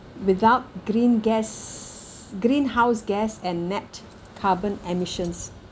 without green gas greenhouse gas and net carbon emissions